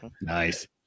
Nice